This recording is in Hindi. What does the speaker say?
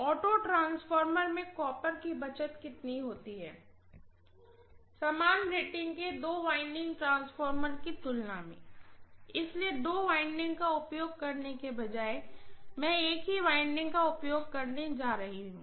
ऑटो ट्रांसफार्मर में कॉपर की बचत कितनी होती है समान रेटिंग के दो वाइंडिंग ट्रांसफार्मर की तुलना में इसलिए दो वाइंडिंग का उपयोग करने के बजाय मैं एक ही वाइंडिंग का उपयोग करने जा रही हूँ